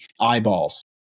eyeballs